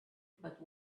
but